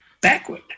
backward